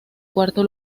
cuarto